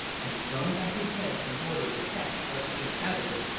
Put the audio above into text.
and thrown back his head in order to catch what came out of it,